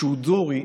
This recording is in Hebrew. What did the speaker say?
צ'ודורי,